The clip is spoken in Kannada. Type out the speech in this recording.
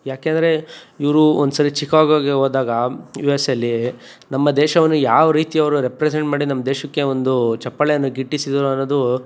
ಯಾಕೆಂದರೆ ಇವರು ಒಂದುಸರಿ ಚಿಕಾಗೋಗೆ ಹೋದಾಗ ಯು ಎಸ್ ಎಯಲ್ಲಿ ನಮ್ಮ ದೇಶವನ್ನು ಯಾವ ರೀತಿ ಅವರು ರೆಪ್ರೆಸೆಂಟ್ ಮಾಡಿ ನಮ್ಮ ದೇಶಕ್ಕೆ ಒಂದು ಚಪ್ಪಾಳೆಯನ್ನು ಗಿಟ್ಟಿಸಿದರು ಅನ್ನೋದು